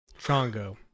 Chongo